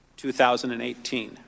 2018